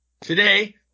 Today